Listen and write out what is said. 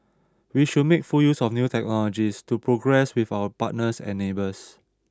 we should make full use of new technologies to progress with our partners and neighbours